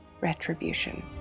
retribution